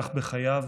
כך בחייו